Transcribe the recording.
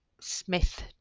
Smith